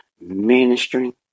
ministering